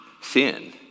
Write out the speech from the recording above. sin